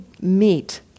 meet